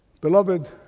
Beloved